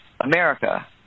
America